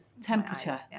Temperature